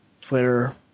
Twitter